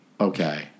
okay